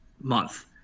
month